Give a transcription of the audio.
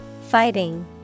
Fighting